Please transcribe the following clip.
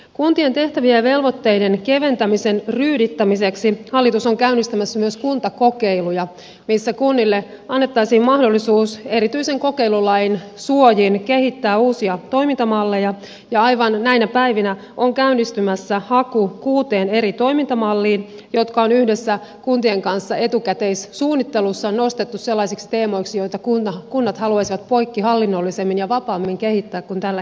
kuntien tehtävien ja velvoitteiden keventämisen ryydittämiseksi hallitus on käynnistämässä myös kuntakokeiluja missä kunnille annettaisiin mahdollisuus erityisen kokeilulain suojin kehittää uusia toimintamalleja ja aivan näinä päivinä on käynnistymässä haku kuuteen eri toimintamalliin jotka on yhdessä kuntien kanssa etukäteissuunnittelussa nostettu sellaisiksi teemoiksi joita kunnat haluaisivat poikkihallinnollisemmin ja vapaammin kehittää kuin tällä hetkellä